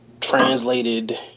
translated